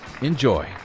Enjoy